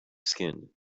skin